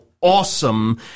awesome